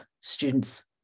students